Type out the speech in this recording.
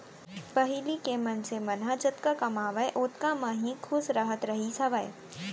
पहिली के मनसे मन ह जतका कमावय ओतका म ही खुस रहत रहिस हावय